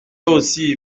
aussi